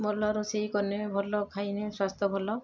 ଭଲ ରୋଷେଇ କନେ ଭଲ ଖାଇନେ ସ୍ୱାସ୍ଥ୍ୟ ଭଲ